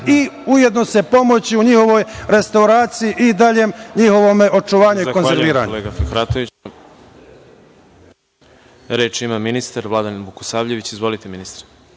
i ujedno se pomoći u njihovoj restauraciji i daljem njihovom očuvanju i konzerviranju.